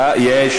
תשמע, יש גבול.